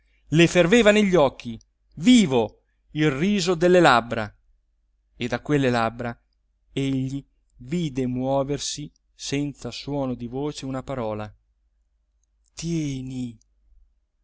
le ferveva negli occhi vivo il riso delle labbra e da quelle labbra egli vide muoversi senza suono di voce una parola tieni